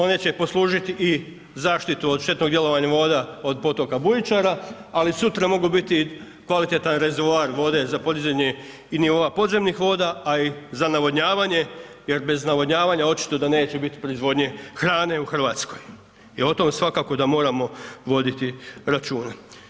One će poslužiti i zaštitu od štetnog djelovanja voda od potoka bujičara, ali sutra mogu biti kvalitetan rezervoar vode za podizanje i nivoa podzemnih voda, a i za navodnjavanje, jer bez navodnjavanja očito da neće biti proizvodnje hrane u Hrvatskoj, jer o tom svakako da moramo voditi računa.